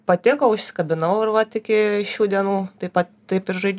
patiko užsikabinau ir vat iki šių dienų taip pat taip ir žaidžiu